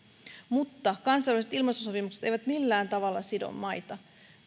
mutta kansainväliset ilmastosopimukset eivät millään tavalla sido maita